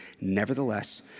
nevertheless